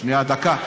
שנייה, דקה.